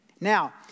Now